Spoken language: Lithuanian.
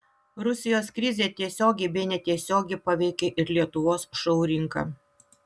rusijos krizė tiesiogiai bei netiesiogiai paveikė ir lietuvos šou rinką